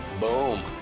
Boom